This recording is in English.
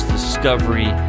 Discovery